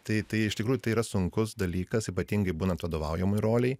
tai tai iš tikrųjų tai yra sunkus dalykas ypatingai būnant vadovaujamoj rolėj